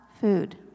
food